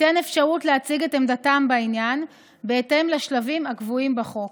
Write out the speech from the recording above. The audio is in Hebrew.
תינתן אפשרות להציג את עמדתם בעניין בהתאם לשלבים הקבועים בחוק.